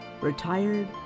Retired